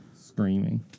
screaming